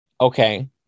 Okay